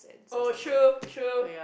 oh true true